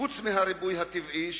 חוץ מהריבוי הטבעי,